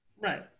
Right